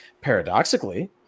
Paradoxically